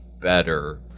better